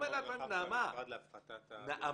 יש מהלך מאוד רחב של המשרד להפחתת הביורוקרטיה.